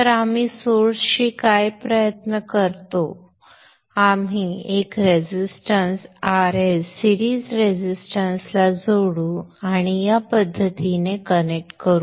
तर आपण सोर्स शी काय प्रयत्न करू शकतो आपण एक रेजिस्टन्स Rs सिरीज रेजिस्टन्स ला जोडू आणि या पद्धतीने कनेक्ट करू